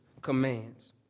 commands